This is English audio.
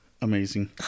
amazing